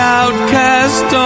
outcast